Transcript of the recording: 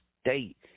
state